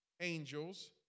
angels